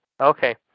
Okay